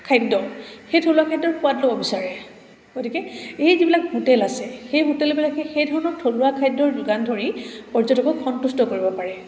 খাদ্য সেই থলুৱা খাদ্যৰ সোৱাদ ল'ব বিচাৰে গতিকে এই যিবিলাক হোটেল আছে সেই হোটেলবিলাকে সেই ধৰণৰ থলুৱা খাদ্যৰ যোগান ধৰি পৰ্যটকক সন্তুষ্ট কৰিব পাৰে